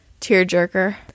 Tearjerker